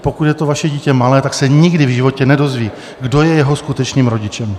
Pokud je to vaše dítě malé, tak se nikdy v životě nedozví, kdo je jeho skutečným rodičem.